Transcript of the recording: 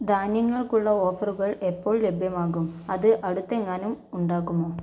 ധാന്യങ്ങൾക്കുള്ള ഓഫറുകൾ എപ്പോൾ ലഭ്യമാകും അത് അടുത്തെങ്ങാനും ഉണ്ടാകുമോ